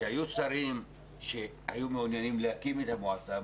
כשהיו שרים שהיו מעוניינים להקים את המועצה,